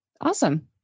Awesome